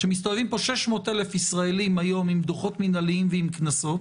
כשמסתובבים פה 600,000 ישראלים היום עם דוחות מינהליים וקנסות